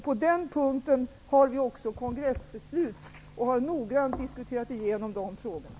På den punkten har vi också kongressbeslut. Vi har noggrant diskuterat igenom de frågorna.